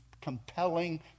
compelling